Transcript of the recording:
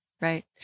right